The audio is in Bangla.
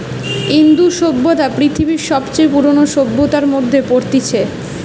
ইন্দু সভ্যতা পৃথিবীর সবচে পুরোনো সভ্যতার মধ্যে পড়তিছে